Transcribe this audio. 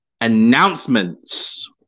announcements